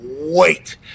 wait